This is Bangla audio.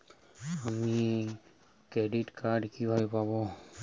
আমি ক্রেডিট কার্ড কিভাবে পাবো?